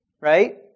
right